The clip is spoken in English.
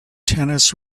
tennis